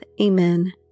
Amen